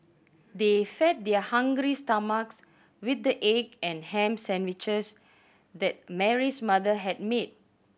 they fed their hungry stomachs with the egg and ham sandwiches that Mary's mother had made